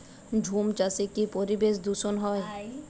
ঝুম চাষে কি পরিবেশ দূষন হয়?